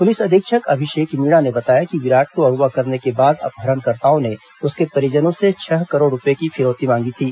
police अधिक्षक अभिषेक मीणा ने बताया कि विराट को अगवा करने के बाद अपहरणकर्ताओं ने उसके परिजनों से छह करोड़ रूपए की फिरौती मांगी थी